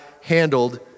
handled